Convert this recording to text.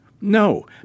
No